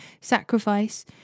sacrifice